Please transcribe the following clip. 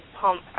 pump